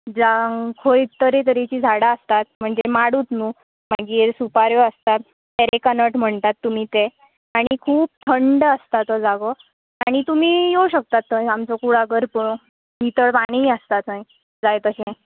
जांव खंय तरे तरेची झाडां आसता म्हणजे माडूच न्हय मागीर सुपाऱ्यो आसता अरेका नट म्हणटात तुमी ते आनी खूब थंड आसता तो जागो आनी तुमी येवं शकता थंय आमचो कुळाघर पळोवंक नितळ पाणी आसता थंय जाय तशें